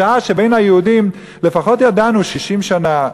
בשעה שבין היהודים לפחות ידענו 60 שנה,